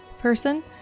person